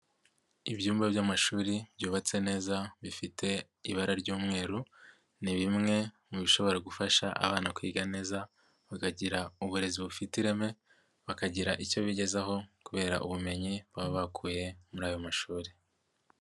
Ibyumba by'amashuri byubatse neza bifite ibara ry'umweru, ni bimwe mu bishobora gufasha abana kwiga neza bakagira uburezi bufite ireme, bakagira icyo bigezaho kubera ubumenyi baba bakuye muri ayo mashuri.